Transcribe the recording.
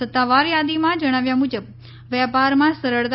સત્તાવાર યાદીમાં જણાવ્યા મુજબ વેપામાં સરળતા